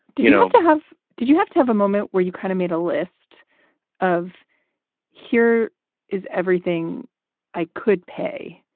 you you know, to have. did you have to have a moment where you kind of made a list of here is everything i could pay.